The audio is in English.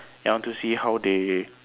I want to see how they